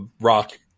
rock